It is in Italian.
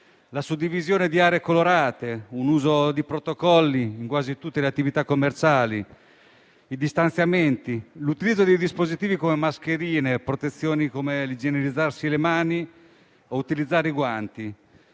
la suddivisione in aree colorate, l'uso di protocolli in quasi tutte le attività commerciali, i distanziamenti, l'utilizzo di dispositivi come mascherine e protezioni come l'igienizzazione delle mani o l'uso dei guanti,